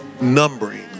numbering